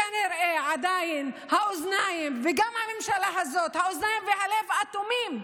שכנראה עדיין האוזניים והלב אטומים שם,